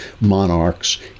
monarchs